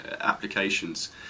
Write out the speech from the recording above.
applications